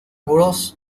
bureaus